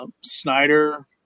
Snyder